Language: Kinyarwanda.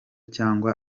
cyangwa